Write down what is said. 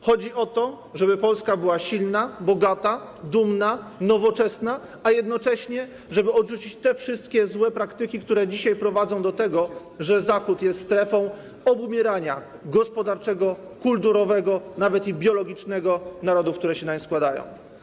Chodzi o to, żeby Polska była silna, bogata, dumna, nowoczesna, a jednocześnie żeby odrzucić te wszystkie złe praktyki, które dzisiaj prowadzą do tego, że Zachód jest strefą obumierania gospodarczego, kulturowego, nawet biologicznego narodów, które się nań składają.